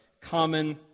common